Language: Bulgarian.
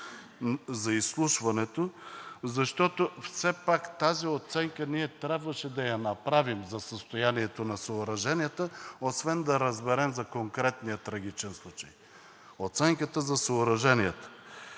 и изслушването, защото все пак тази оценка ние трябваше да я направим – за състоянието и оценката на съоръженията, освен да разберем за конкретния трагичен случай. Обръщам се към всички